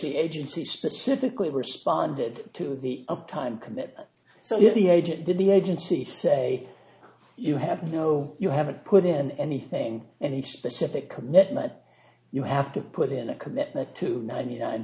the agency specifically responded to the time commit so the agent did the agency say you have no you haven't put in anything any specific commitment you have to put in a commitment to ninety nine